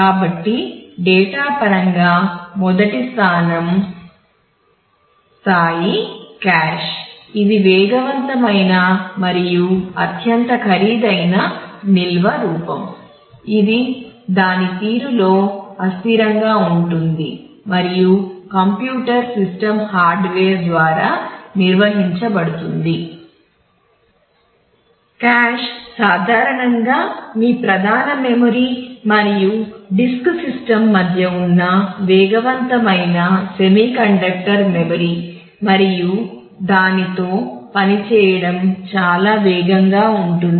కాబట్టి డేటా ద్వారా నిర్వహించబడుతుంది